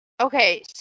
okay